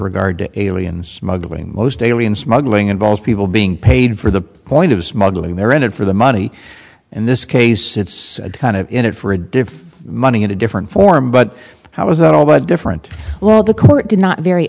regard to aliens smuggling most alien smuggling involves people being paid for the point of smuggling they're in it for the money in this case it's kind of in it for a diff money at a different form but how is it all that different well the court did not vary